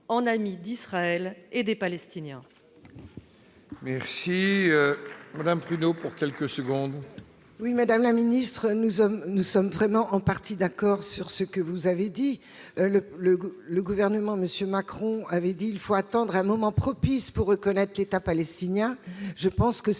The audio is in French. en amis d'Israël et des Palestiniens.